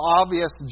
obvious